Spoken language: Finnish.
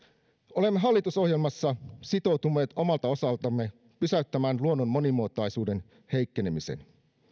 olemme hallitusohjelmassa sitoutuneet omalta osaltamme pysäyttämään luonnon monimuotoisuuden heikkenemisen